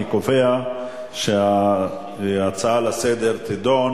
אני קובע שההצעה לסדר-היום תידון